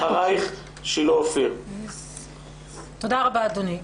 תודה רבה, אדוני.